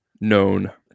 known